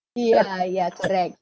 ya ya correct